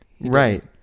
Right